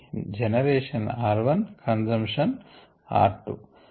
కాబట్టి generation r1 consumption r 2